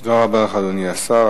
תודה רבה לך, אדוני השר.